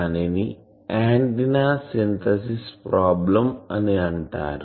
దానిని antenna synthesis problem అని అంటారు